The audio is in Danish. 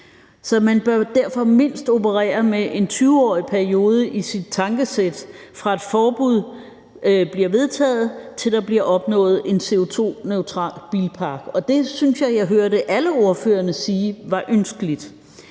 Så man bør jo derfor mindst operere med en 20-årig periode i sit tankesæt, fra et forbud bliver vedtaget, til der bliver opnået en CO2-neutral bilpark – og det syntes jeg jeg hørte alle ordførerne sige var ønskeligt.